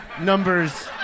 numbers